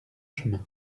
chemin